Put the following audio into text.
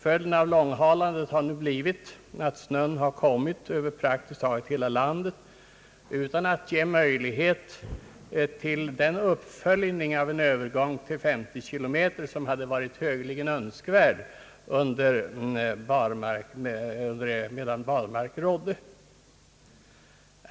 Följden av långhalandet har nu blivit att snön har kommit över praktiskt taget hela landet, utan att det givits möjlighet till den uppföljning av en övergång till 50 kilometer som hade varit högeligen önskvärd medan barmark rådde.